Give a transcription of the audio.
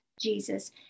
Jesus